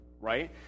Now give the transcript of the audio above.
right